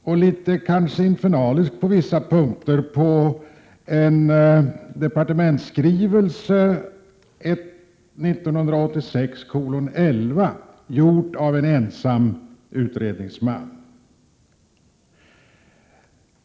Motionen bygger delvis — och kanske på vissa punkter litet infernaliskt — på ett betänkande, Ds S 1986:11, avgivet av en ensamutredare.